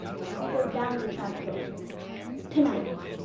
we go down the trap door tonight.